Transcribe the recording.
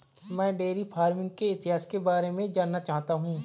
मैं dairy farming के इतिहास के बारे में जानना चाहता हूं